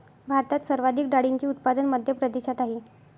भारतात सर्वाधिक डाळींचे उत्पादन मध्य प्रदेशात आहेत